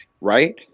right